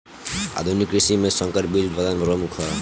आधुनिक कृषि में संकर बीज उत्पादन प्रमुख ह